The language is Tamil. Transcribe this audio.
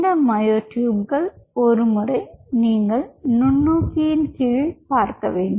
இந்த மயோட்யூப்கள் ஒரு முறை நீங்கள் நுண்ணோக்கின் கீழ் பார்க்கவேண்டும்